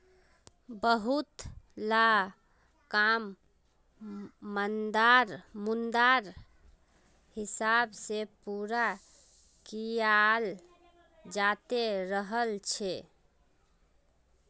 बहुतला काम मुद्रार हिसाब से पूरा कियाल जाते रहल छे